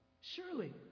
Surely